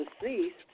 deceased